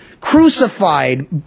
crucified